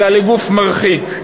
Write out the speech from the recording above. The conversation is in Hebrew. אלא לגוף מרחיק.